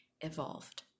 evolved